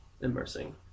immersing